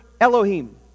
Elohim